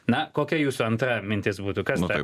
na kokia jūsų antra mintis būtų kas ta